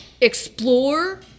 explore